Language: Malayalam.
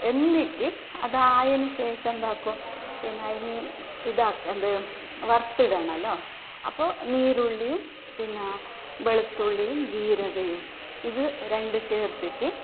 എന്നിട്ട് അതായതിന് ശേഷം എന്താക്കും പിന്നെ ഇനിയും ഇതാ എന്ത് വറത്തിടണമല്ലോ അപ്പോൾ നീരൊലിയും പിന്നെ വെളുത്തുള്ളിയും ജീരകവും ഇത് രണ്ട് ചേർത്തിട്ട്